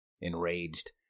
enraged